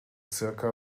zirka